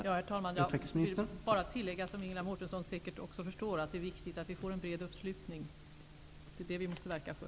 Herr talman! Jag vill bara tillägga, vilket Ingela Mårtensson säkert också förstår, att det är viktigt att vi får en bred uppslutning. Det är det vi måste verka för.